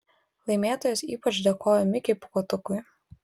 laimėtojas ypač dėkojo mikei pūkuotukui